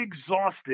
exhausted